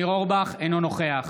אינו נוכח